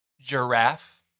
Giraffe